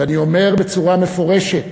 ואני אומר בצורה מפורשת